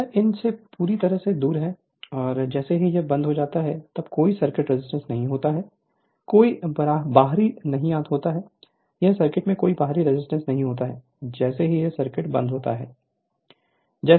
तो यह इन से पूरी तरह से दूर है और जैसे ही यह बंद हो जाता है तब कोई सर्किट रेजिस्टेंस नहीं होता कोई बाहरी नहीं होता इस सर्किट में कोई बाहरी रेजिस्टेंस नहीं होता जैसे ही यह सर्किट बंद होता है